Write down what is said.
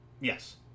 Yes